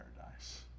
paradise